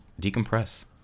decompress